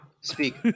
Speak